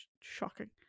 shocking